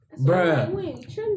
Bruh